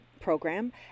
Program